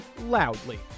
loudly